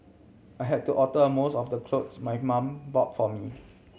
I had to alter most of the clothes my mum bought for me